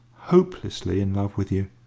hopelessly, in love with you.